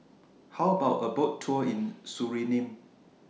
How about A Boat Tour in Suriname